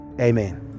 amen